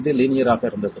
இது லீனியர் ஆக இருந்தது